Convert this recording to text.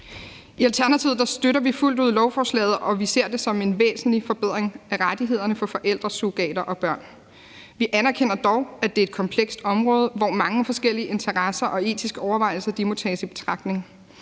I Alternativet støtter vi lovfoslaget fuldt ud, og vi ser det som en væsentlig forbedring af rettighederne for forældresurrogater og børn. Vi anerkender dog, at det er et komplekst område, hvor mange forskellige interesser og etiske overvejelser må tages i betragtning.